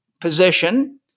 position